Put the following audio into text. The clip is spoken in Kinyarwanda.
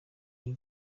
iyi